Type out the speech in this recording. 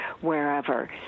wherever